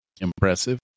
impressive